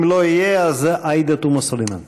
אם לא יהיה, עאידה תומא סלימאן.